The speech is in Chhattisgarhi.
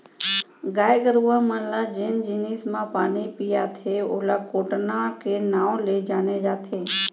गाय गरूवा मन ल जेन जिनिस म पानी पियाथें ओला कोटना के नांव ले जाने जाथे